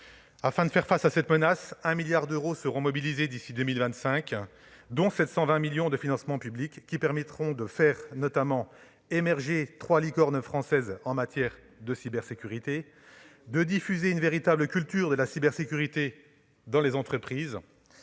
Afin de faire face à cette menace, un milliard d'euros seront mobilisés d'ici 2025, dont 720 millions d'euros de financements publics. Ces moyens permettront notamment de faire émerger trois « licornes » françaises en matière de cybersécurité, de diffuser une véritable culture de la cybersécurité dans les entreprises,